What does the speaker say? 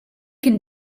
can